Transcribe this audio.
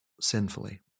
sinfully